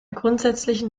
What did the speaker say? grundsätzlichen